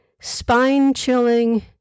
spine-chilling